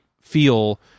feel